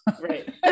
Right